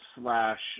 slash